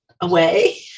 away